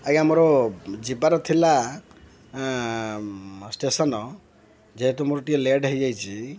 ଆଜ୍ଞା ମୋର ଯିବାର ଥିଲା ଷ୍ଟେସନ ଯେହେତୁ ମୋର ଟିକେ ଲେଟ୍ ହେଇଯାଇଛି